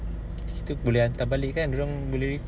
kita kita boleh hantar balik kan dia orang boleh ref~